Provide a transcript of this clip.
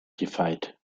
gefeit